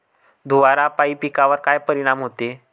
धुवारापाई पिकावर का परीनाम होते?